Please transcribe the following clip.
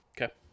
Okay